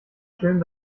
schön